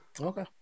Okay